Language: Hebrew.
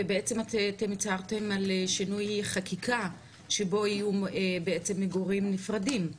ובעצם אתם הצהרתם על שינוי חקיקה שבו יהיו בעצם מגורים נפרדים,